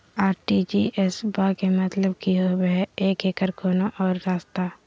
RTGS बा के मतलब कि होबे हय आ एकर कोनो और रस्ता?